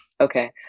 Okay